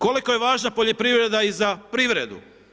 Koliko je važna poljoprivreda i za privredu?